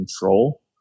control